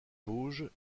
vosges